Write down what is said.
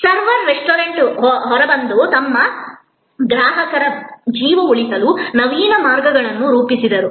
server restaurant ಹೊರಬಂದು ತಮ್ಮ ಗ್ರಾಹಕರ ಜೀವ ಉಳಿಸಲು ನವೀನ ಮಾರ್ಗಗಳನ್ನು ರೂಪಿಸಿದರು